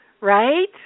right